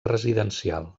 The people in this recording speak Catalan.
residencial